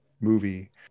movie